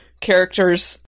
characters